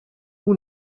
who